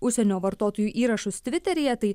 užsienio vartotojų įrašus tviteryje tai